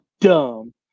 dumb